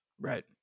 Right